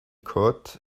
could